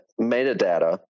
metadata